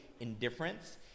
indifference